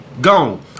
gone